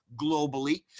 globally